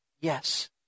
yes